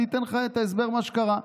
אני אתן לך את ההסבר של מה שקרה.